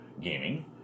gaming